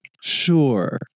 Sure